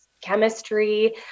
chemistry